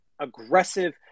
aggressive